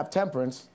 temperance